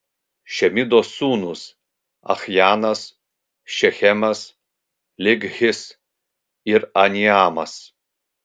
šemidos sūnūs achjanas šechemas likhis ir aniamas